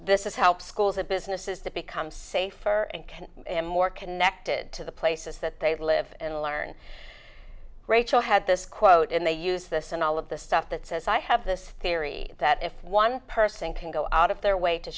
this is how schools and businesses to become safer and more connected to the places that they live and learn rachel had this quote and they use this and all of the stuff that says i have this theory that if one person can go out of their way to